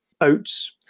oats